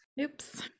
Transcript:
Oops